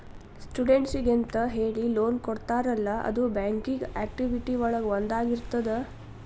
ಸ್ಟೂಡೆಂಟ್ಸಿಗೆಂತ ಹೇಳಿ ಲೋನ್ ಕೊಡ್ತಾರಲ್ಲ ಅದು ಬ್ಯಾಂಕಿಂಗ್ ಆಕ್ಟಿವಿಟಿ ಒಳಗ ಒಂದಾಗಿರ್ತದ